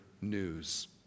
news